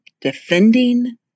defending